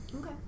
Okay